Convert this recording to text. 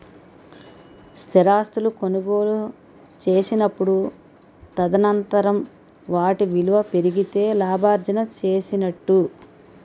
స్థిరాస్తులు కొనుగోలు చేసినప్పుడు తదనంతరం వాటి విలువ పెరిగితే లాభార్జన చేసినట్టు